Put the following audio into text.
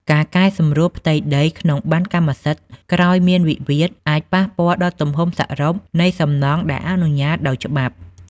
ការកែសម្រួលផ្ទៃដីក្នុងប័ណ្ណកម្មសិទ្ធិក្រោយមានវិវាទ អាចប៉ះពាល់ដល់ទំហំសរុបនៃសំណង់ដែលអនុញ្ញាតដោយច្បាប់។